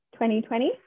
2020